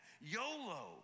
YOLO